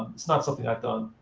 it's not something i've done.